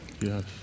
Yes